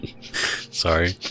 Sorry